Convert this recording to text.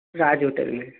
राज hotel में